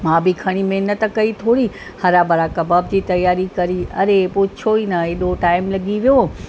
मां बि खणी महिनत कई थोरी हरा भरा कबाब जी तयारी करी अड़े पूछो ई न हेॾो टाइम लॻी वियो